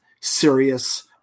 serious